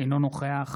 אינו נוכח